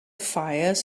fires